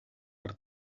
per